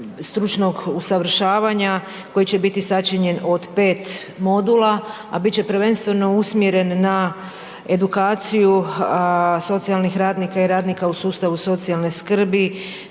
stručnog usavršavanja koji će biti sačinjen od 5 modula, a bit će prvenstveno usmjeren na edukaciju socijalnih radnika i radnika u sustavu socijalne skrbi